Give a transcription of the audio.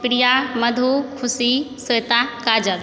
Priya Madhu Khushi Shweta Kajal